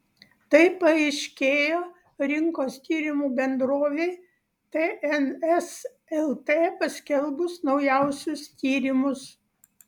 tai paaiškėjo rinkos tyrimų bendrovei tns lt paskelbus naujausius tyrimus